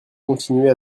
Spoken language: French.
continuait